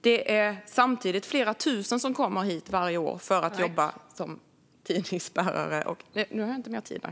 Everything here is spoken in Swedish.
Det är samtidigt flera tusen som kommer hit varje år för att jobba som tidningsbärare. När kan vi se förslag, Rikard Larsson?